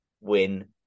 win